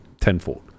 tenfold